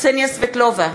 קסניה סבטלובה,